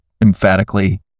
emphatically